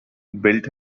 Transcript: built